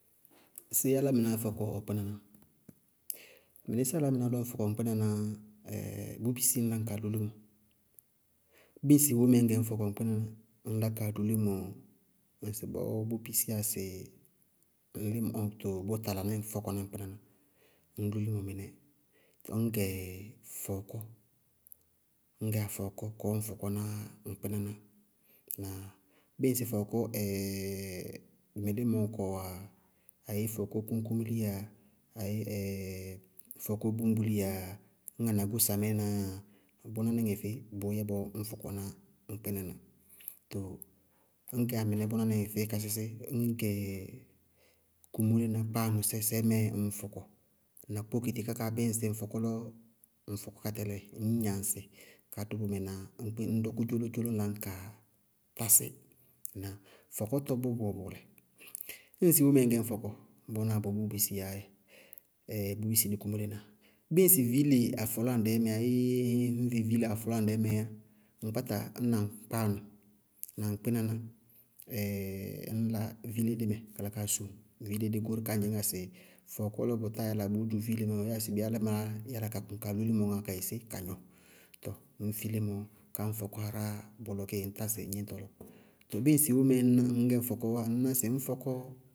Séé álámɩnáá fɔkɔ ɔ kpínaná? Mɩnísíɩ álámɩnáá lɔ fɔkɔ ŋ kpínaná bʋʋ bisí ñ la ñ kaa lú límɔ. Bíɩsɩ wómɛɛ ŋñ gɛ ñ fɔkɔ ŋ kpínaná, ññ la kaa lú límɔ ŋsɩbɔɔ bʋ bisiyá sɩ ñ límɔ, too bʋ tala ní ñ fɔkɔ ná ŋ kpínaná. Tɔɔ ññ gʋ liʋ mɛɛnɛ ññ gɛ fɔɔkɔ, ñ gɛ yá fɔɔkɔ kɔɔ ññ fɔkɔná ŋ kpínaná, na bíɩ ŋsɩ fɔɔkɔ mɩlímɔ ñkɔɔ wáa, ayéé fɔɔkɔ kúñkúmiliiyáa ayéé fɔɔkɔ búñbuliyaá yáa ayéé ñŋ anagó samínaá yáa, bʋná nɩŋɛ feé, bʋʋyɛ bɔɔ ññ fɔkɔná ŋ kpínaná, tɔɔ ñgɛya mɩnɛ bʋná nɩŋɛ feé ka ya sísí, ñ gɛ kʋmʋrena kpáanʋsɛ sɛɛ mɛɛ ñŋ fɔkɔ, na kpókiti ká kaá bíɩ ŋsɩ ŋñ gɛ ñ fɔkɔ lɔ ŋ fɔkɔ ka tɛlɩ ñ gnaŋsɩ, ka dʋ bʋmɛ na ñ dɔkʋ dzóló-dzóló ñ la ñkaa tásí. Na fɔkɔtɔ bʋ bʋwɛ bʋʋlɛ: ñŋsɩ bómɛɛ ŋñgɛ ñ fɔkɔ, bɔɔ na bʋ bisiyáá dzɛ. bʋʋ bisí nɩ kumólená, bíɩ ŋsɩ viile afɔlɔwaŋdɛɛ ayéé ɛŋŋhɛɛ viile afɔlɔwaŋdɛɛ, ŋñ kpáta, ñ na ŋ kpáanʋ na ŋ kpínaná ññ la viile dí mɛ kala kaa suŋ viile dí goóre kaá ñ dzɩñŋá sɩ fɔɔkɔ lɔ bʋtáa yála bʋʋ dzʋ viile mɛ ɔɔ, yáa sɩbé, alámaá yála ka dzʋ ka lú límɔ ŋá ka yɛ sé? Ka gnɔ. Tɔɔ ŋñ fi límɔ ka fɔkɔ aráa tɔɔ bʋl kéé, ññ tásí gníñtɔ lɔ. Tɔɔ bíɩ ŋsɩ wómɛɛ ŋñgɛ ñ fɔkɔɔwá ŋñná sɩ ŋñ fɔkɔ.